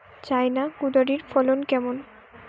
China কুঁদরীর ফলন কেমন?